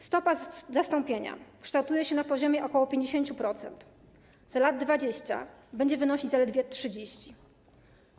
Stopa zastąpienia kształtuje się na poziomie ok. 50%, za lat 20 będzie wynosić zaledwie 30%.